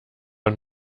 und